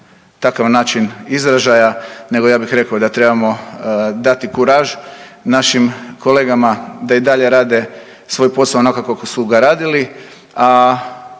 takav način izražaja, nego ja bih rekao da trebamo dati kuraž našim kolegama da i dalje rade svoj posao onako kako su ga radili.